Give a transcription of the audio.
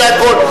זה הכול.